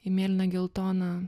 į mėlyną geltoną